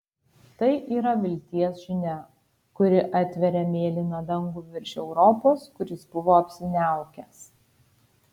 tai yra vilties žinia kuri atveria mėlyną dangų virš europos kuris buvo apsiniaukęs